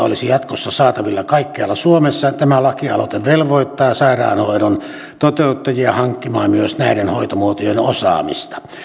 olisi jatkossa saatavilla kaikkialla suomessa tämä lakialoite velvoittaa sairaanhoidon toteuttajia hankkimaan myös näiden hoitomuotojen osaamista